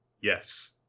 Yes